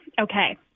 okay